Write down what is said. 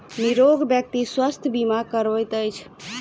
निरोग व्यक्ति स्वास्थ्य बीमा करबैत अछि